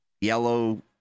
yellow